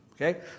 Okay